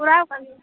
ᱛᱚᱨᱟᱣ ᱟᱠᱟᱱ ᱜᱮᱭᱟ